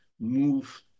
move